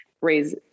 raise